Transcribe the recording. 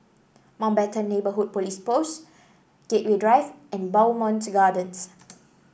Mountbatten Neighbourhood Police Post Gateway Drive and Bowmont Gardens